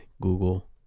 google